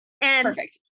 Perfect